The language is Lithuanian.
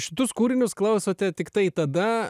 šitus kūrinius klausote tiktai tada